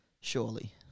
surely